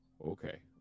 okay